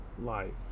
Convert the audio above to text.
life